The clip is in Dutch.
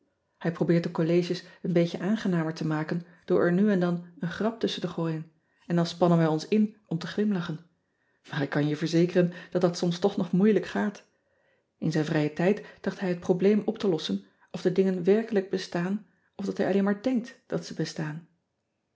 ij probeert de colleges een beetje aangenamer te maken door er nu en dan een grap tusschen te gooien en dan spannen wij ons in om te glimlachen aar ik kan je verzekeren dat dat soms toch nog moeilijk gaat n zijn vrijen tijd tracht hij het probleem op te lossen of de dingen werkelijk bestaan of dat hij alleen maar denkt dat ze bestaan